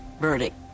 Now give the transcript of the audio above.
verdict